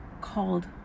called